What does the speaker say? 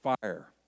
fire